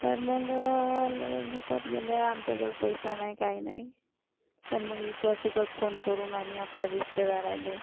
तर मग लढत फुकत गेल्या आमच्याजवळ पैसा नाही काही नाही तर मग इकडं तिकडं फोन करून आम्ही आपल्या रिश्तेदारायले